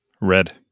Red